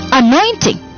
anointing